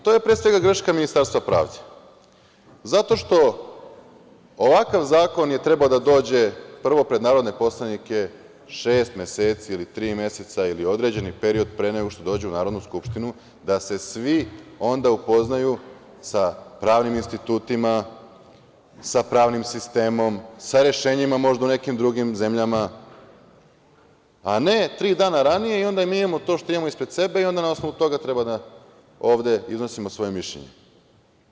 To je pre svega greška Ministarstva pravde, zato što je ovakav zakon trebao da dođe, prvo pred narodne poslanike šest meseci ili tri meseca ili određeni period pre nego što dođe u Narodnu skupštinu, da se svi onda upoznaju sa pravnim institutima, sa pravnim sistemom, sa rešenjima, možda u nekim drugim zemljama, a ne tri dana ranije i onda mi imamo to što imamo ispred sebe i onda na osnovu toga treba da ovde iznosimo svoje mišljenje.